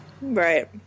Right